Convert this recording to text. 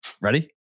Ready